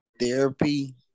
therapy